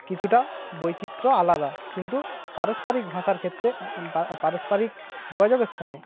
কিছুটা বৈচিত্র আলাদা কিন্তু পারস্পরিক ভাষার ক্ষেত্রে পারস্পরিক যোগাযোগের সময়